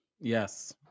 Yes